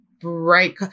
bright